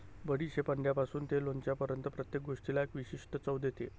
बडीशेप अंड्यापासून ते लोणच्यापर्यंत प्रत्येक गोष्टीला एक विशिष्ट चव देते